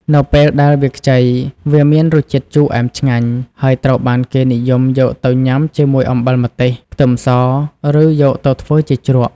នៅពេលដែលវាខ្ចី វាមានរសជាតិជូរអែមឆ្ងាញ់ ហើយត្រូវបានគេនិយមយកទៅញ៉ាំជាមួយអំបិល ម្ទេស ខ្ទឹមស ឬយកទៅធ្វើជាជ្រក់។